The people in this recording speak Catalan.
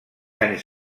anys